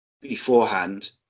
beforehand